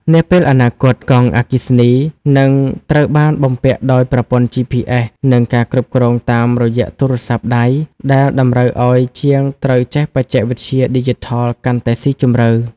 នាពេលអនាគត កង់អគ្គិសនីនឹងត្រូវបានបំពាក់ដោយប្រព័ន្ធ GPS និងការគ្រប់គ្រងតាមរយៈទូរស័ព្ទដៃ ដែលតម្រូវឱ្យជាងត្រូវចេះបច្ចេកវិទ្យាឌីជីថលកាន់តែស៊ីជម្រៅ។